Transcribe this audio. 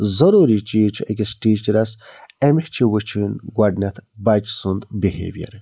ضروٗری چیٖز چھُ أکِس ٹیٖچرَس أمِس چھِ وُچھُن گۄڈٕنٮ۪تھ بَچہِ سُنٛد بِہیوِیر